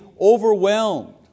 overwhelmed